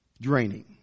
Draining